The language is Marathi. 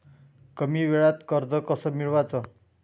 कमी वेळचं कर्ज कस मिळवाचं?